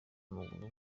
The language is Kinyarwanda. w’amaguru